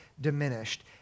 diminished